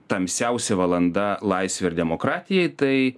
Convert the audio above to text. tamsiausia valanda laisvei ir demokratijai tai